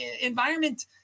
Environment